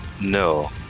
no